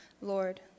Lord